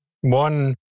One